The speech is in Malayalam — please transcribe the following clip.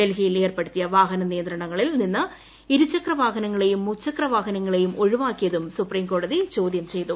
ഡൽഹിയിൽ ഏർപ്പെടുത്തിയ വാഹന നിയന്ത്രണങ്ങളിൽ നിന്ന് ഇരു ചക്രുവാഹൃനങ്ങളേയും മുച്ചക്രവാഹനങ്ങളേയും ഒഴിവാക്കിയതും സുപ്രീംകോടത്തി ചോദ്യം ചെയ്തു